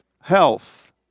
health